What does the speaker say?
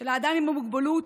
של האדם עם המוגבלות,